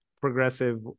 progressive